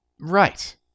Right